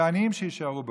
והעניים, שיישארו בעוניים.